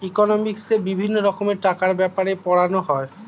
ইকোনমিক্সে বিভিন্ন রকমের টাকার ব্যাপারে পড়ানো হয়